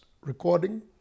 recording